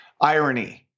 irony